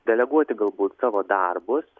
deleguoti galbūt savo darbus